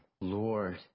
Lord